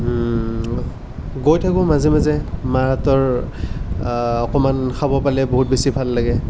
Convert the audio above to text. গৈ থাকোঁ মাজে মাজে মাৰ হাতৰ অকমান খাব পালে বহুত বেছি ভাল লাগে